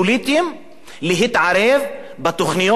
להתערב בתוכניות החינוכיות,